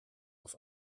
auf